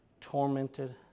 tormented